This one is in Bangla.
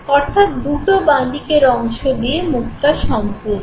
অর্থাৎ দুটো বাঁ দিকের অংশ দিয়ে মুখটা সম্পূর্ণ